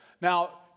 Now